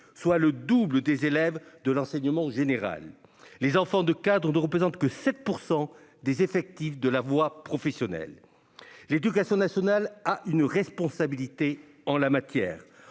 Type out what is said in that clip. fois plus élevée que dans l'enseignement général et les enfants de cadres ne représentent que 7 % des effectifs de la voie professionnelle. L'éducation nationale a une responsabilité en la matière,